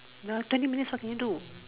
the twenty minutes what can you do